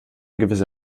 gewisse